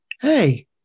hey